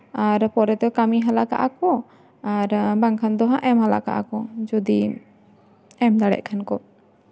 ᱟᱨ ᱯᱚᱨᱮ ᱛᱮ ᱠᱟᱹᱢᱤ ᱦᱟᱞᱟ ᱠᱟᱜᱼᱟ ᱠᱚ ᱟᱨ ᱵᱟᱝᱠᱷᱟᱱ ᱫᱚ ᱦᱟᱸᱜ ᱮᱢ ᱦᱟᱞᱟ ᱠᱟᱜᱼᱟ ᱠᱚ ᱡᱩᱫᱤ ᱮᱢ ᱫᱟᱲᱮᱭᱟᱜ ᱠᱷᱟᱱ ᱠᱚ